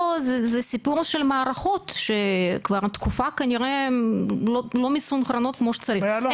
פה זה סיפור של מערכות שכבר תקופה כנראה לא מסונכרנות כמו שצריך,